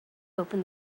open